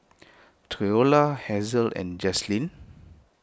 theola Hasel and Jazlynn